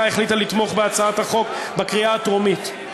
החליטה לתמוך בהצעת החוק בקריאה הטרומית.